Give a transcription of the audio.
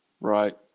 Right